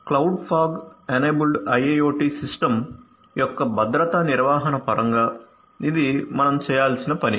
cloud fog enabled IIoT system యొక్క భద్రతా నిర్వహణ పరంగా ఇది మనం చేయాల్సిన పని